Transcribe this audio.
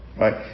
Right